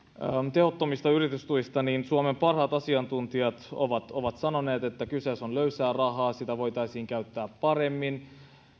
tehottomista yritystuista suomen parhaat asiantuntijat ovat ovat sanoneet että kyse on löysästä rahasta sitä voitaisiin käyttää paremmin ja